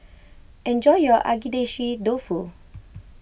enjoy your Agedashi Dofu